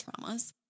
traumas